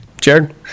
Jared